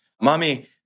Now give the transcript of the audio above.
Mommy